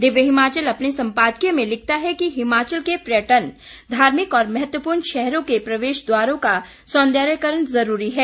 दिव्य हिमाचल अपने सम्पादकीय में लिखता है कि हिमाचल के पर्यटन धार्मिक और महत्वपूर्ण शहरों के प्रवेश द्वारों का सौन्दर्यकरण जरूरी है